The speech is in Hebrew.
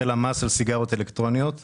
החודשית הממוצעת היא 294 מיליליטר נוזל